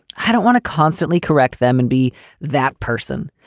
i don't want to constantly correct them and be that person,